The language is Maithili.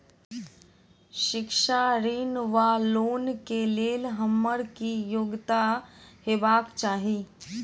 शिक्षा ऋण वा लोन केँ लेल हम्मर की योग्यता हेबाक चाहि?